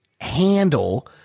handle